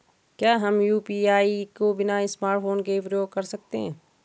क्या हम यु.पी.आई को बिना स्मार्टफ़ोन के प्रयोग कर सकते हैं?